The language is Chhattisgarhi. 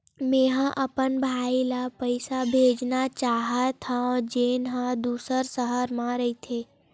मेंहा अपन भाई ला पइसा भेजना चाहत हव, जेन हा दूसर शहर मा रहिथे